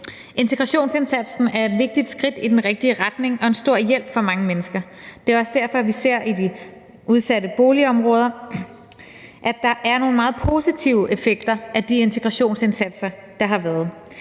Integrationsindsatsen er et vigtigt skridt i den rigtige retning og en stor hjælp for mange mennesker. Det er også derfor, at vi i de udsatte boligområder ser, at der er nogle meget positive effekter af de integrationsindsatser, der har været.